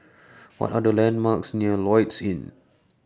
What Are The landmarks near Lloyds Inn